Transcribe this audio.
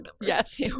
yes